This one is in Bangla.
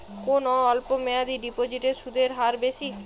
কোন অল্প মেয়াদি ডিপোজিটের সুদের হার বেশি?